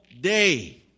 day